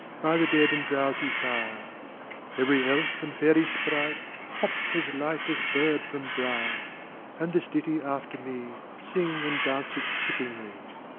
by the dead and drowsy fire every elf and fairy sprite hop as light as bird from brier and this ditty, after me, sing and dance it trippingly.